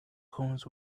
comes